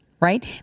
right